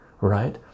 right